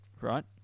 right